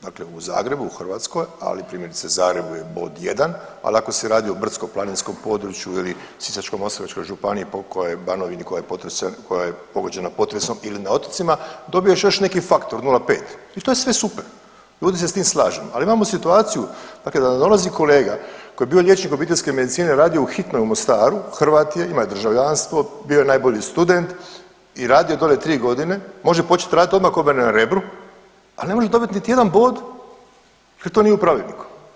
Dakle u Zagrebu u Hrvatskoj, ali primjerice, Zagrebu je pod 1., ali ako se radi o brdsko-planinskom području ili Sisačko-moslavačkoj županiji, ... Banovini koja je pogođena potresom ili na otocima, dobiješ još neki faktor 0,5 i to je sve super, ljudi se s tim slažu, ali imamo situaciju dakle da dolazi kolega koji je bio liječnik obiteljske medicine, radio je u hitnoj u Mostaru, Hrvat je, ima i državljanstvo, bio je najbolji student i radio je dole 3 godine, može početi raditi odmah kod mene na Rebru, ali ne može dobiti niti jedan bod jer to nije u Pravilniku.